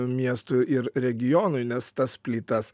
miestui ir regionui nes tas plytas